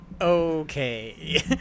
Okay